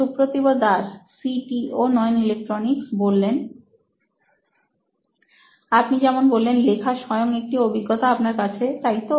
Supratibh Das C T O নোইন electronics আপনি যেমন বললেন লেখা স্বয়ং একটি অভিজ্ঞতা আপনার কাছে তাইতো